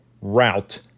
route